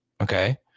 Okay